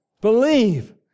Believe